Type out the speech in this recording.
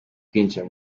kwinjira